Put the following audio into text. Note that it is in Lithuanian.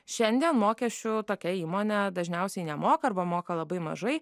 šiandien mokesčių tokia įmonė dažniausiai nemoka arba moka labai mažai